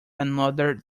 another